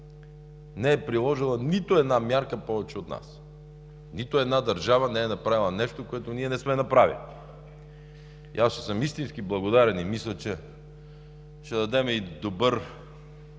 не е приложила нито една мярка повече от нас. Нито една държава не е направила нещо, което ние не сме направили. Аз ще съм истински благодарен, мисля, че ще дадем и добър